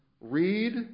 read